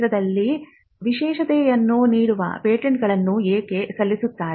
ಕ್ಷೇತ್ರದಲ್ಲಿ ವಿಶೇಷತೆಯನ್ನು ನೀಡುವ ಪೇಟೆಂಟ್ಗಳನ್ನು ಏಕೆ ಸಲ್ಲಿಸುತ್ತಾರೆ